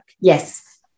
Yes